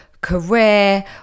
career